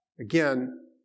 Again